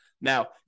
Now